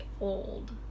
old